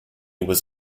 was